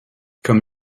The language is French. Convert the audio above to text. comme